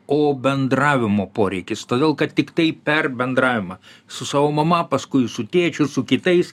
o bendravimo poreikis todėl kad tiktai per bendravimą su savo mama paskui su tėčiu su kitais